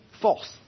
false